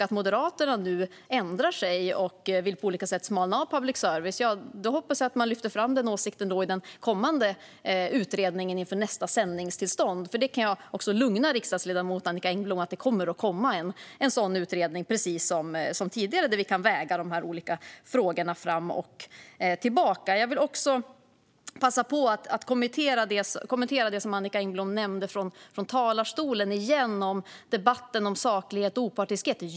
Nu ändrar sig Moderaterna och vill på olika sätt banta public service. Jag hoppas att man lyfter fram den åsikten i den kommande utredningen inför nästa sändningstillstånd. Jag kan också lugna riksdagsledamot Annicka Engblom med att det precis som tidigare kommer att komma en sådan utredning, där vi kan väga dessa olika frågor. Jag vill även passa på att kommentera det som Annicka Engblom nämnde från talarstolen gällande debatten om saklighet och opartiskhet.